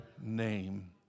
name